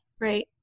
Right